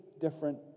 different